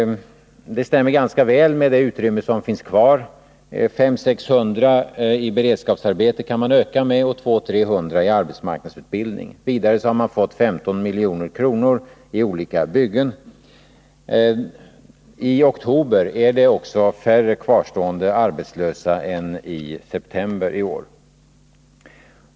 Det stämmer ganska väl med det utrymme som finns kvar. Man kan öka med 500-600 i beredskapsarbeten och 200-300 i arbetsmarknadsutbildning. Vidare har man fått 15 milj.kr. för olika byggen. I oktober var det färre kvarstående arbetslösa än i september i år.